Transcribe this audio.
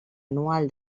anual